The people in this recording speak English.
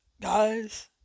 guys